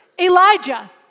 Elijah